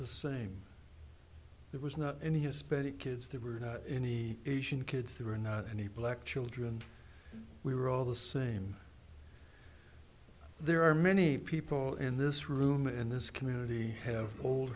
the same there was not any hispanic kids there were not any asian kids there were not any black children we were all the same there are many people in this room in this community have old